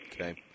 okay